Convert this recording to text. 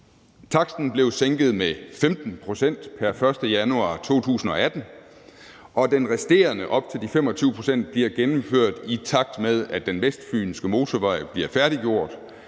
Taksten blev sænket med 15 pct. pr. 1. januar 2018, og det resterende op til de 25 pct. bliver gennemført i takt med, at den vestfynske motorvej bliver færdiggjort,